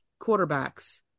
quarterbacks